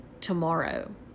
tomorrow